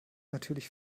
natürlich